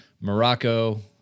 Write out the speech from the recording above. Morocco